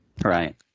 Right